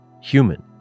human